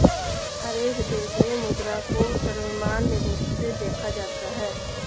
हर एक देश में मुद्रा को सर्वमान्य रूप से देखा जाता है